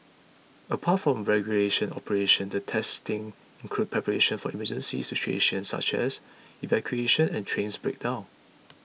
apart from regulation operations the testing includes preparation for emergency situations such as evacuations and train breakdowns